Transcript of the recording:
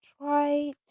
try